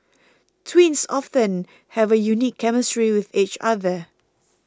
twins often have a unique chemistry with each other